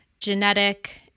genetic